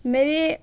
میری